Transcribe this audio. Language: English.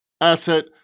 asset